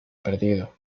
perdido